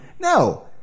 No